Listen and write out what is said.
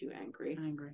Angry